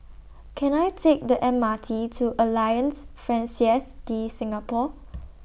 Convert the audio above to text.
Can I Take The M R T to Alliance Francaise De Singapour